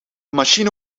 machine